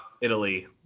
Italy